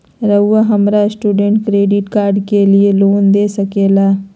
रहुआ हमरा student credit card के लिए लोन दे सके ला?